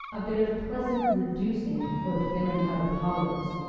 a bit of pleasant reducing or filling out of hollows,